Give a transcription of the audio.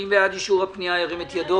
מי בעד אישור הפנייה ירים את ידו.